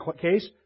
case